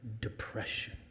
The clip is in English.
depression